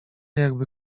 jakby